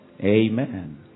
Amen